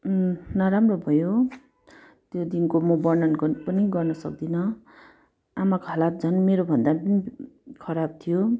नराम्रो भयो त्यो दिनको म वर्णन गर्न पनि गर्नुसक्दिनँ आमाको हालत झन् मेरो भन्दा पनि खराब थियो